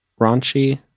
raunchy